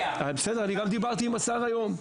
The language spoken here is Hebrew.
--- בסדר, אני גם דיברתי עם השר היום.